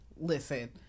Listen